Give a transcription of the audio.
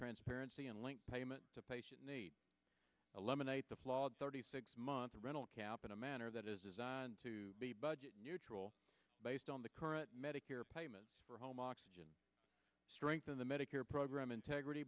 transparency and link payment to patients eliminate the flawed thirty six month rental cap in a manner that is designed to be budget neutral based on the current medicare payments for home oxygen strengthen the medicare program integrity